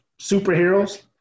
superheroes